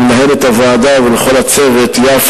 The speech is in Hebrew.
למנהלת הוועדה יפה,